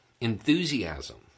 enthusiasm